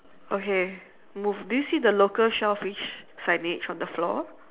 okay move do you see the local shellfish signage on the floor